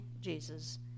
Jesus